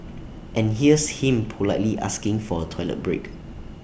and here's him politely asking for A toilet break